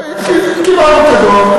קיבלנו את הדוח.